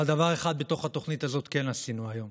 אבל דבר אחד בתוך התוכנית הזאת כן עשינו היום,